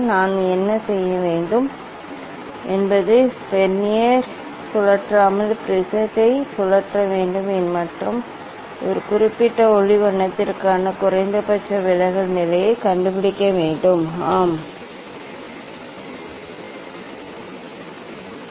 நான் என்ன செய்ய வேண்டும் என்பது வெர்னியர் சுழற்றாமல் ப்ரிஸத்தை சுழற்ற வேண்டும் மற்றும் ஒரு குறிப்பிட்ட ஒளி வண்ணத்திற்கான குறைந்தபட்ச விலகல் நிலையைக் கண்டுபிடிக்க வேண்டும் ஆம் எனக்கு ஆம் கிடைத்தது ஆனால் இது குறைந்தபட்ச நிலை அல்ல